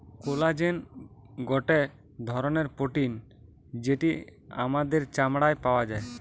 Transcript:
collagen গটে ধরণের protein যেটি আমাদের চামড়ায় পাওয়া যায়